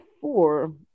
four